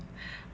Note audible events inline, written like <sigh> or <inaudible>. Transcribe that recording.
<breath>